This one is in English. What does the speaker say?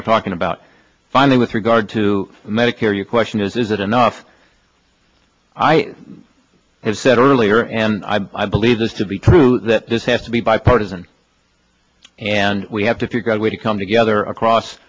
we're talking about finally with regard to medicare your question is is it enough i have said earlier and i i believe this to be true that this has to be bipartisan and we have to figure out a way to come together across